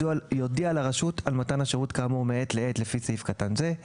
יודיע לרשות על מתן השירות כאמור מעת לעת לפי סעיף קטן זה;